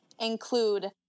include